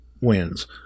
wins